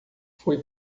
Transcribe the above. foi